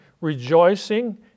rejoicing